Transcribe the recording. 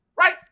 right